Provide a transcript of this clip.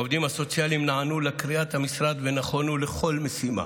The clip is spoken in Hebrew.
העובדים הסוציאליים נענו לקריאת המשרד ונכונו לכל משימה